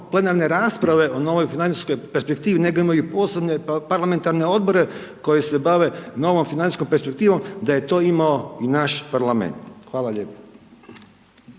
plenarne rasprave o novoj financijskoj perspektivi nego imaju posebne parlamentarne odbore koji se bave novom financijskom perspektivom, da je to imao i naš parlament. **Brkić,